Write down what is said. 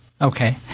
Okay